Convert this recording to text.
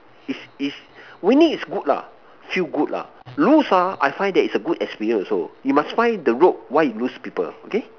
is is winning is good lah feel good lah lose ah I find it's is a good experience also you must find the loop why you lose people okay